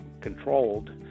controlled